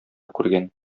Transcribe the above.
күргән